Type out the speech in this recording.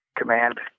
command